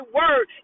word